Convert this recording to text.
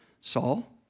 Saul